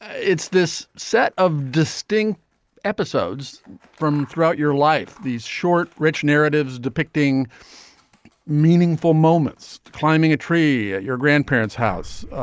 it's this set of distinct episodes from throughout your life. these short rich narratives depicting meaningful moments climbing a tree at your grandparents house.